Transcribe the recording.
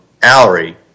Allery